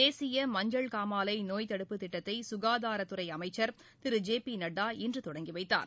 தேசிய மஞ்சள்காமாலை நோய் தடுப்பு திட்டத்தை சுகாதாரத் துறை அமைச்சர் திரு ஜே பி நட்டா இன்று தொடங்கி வைத்தார்